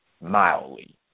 mildly